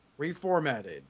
reformatted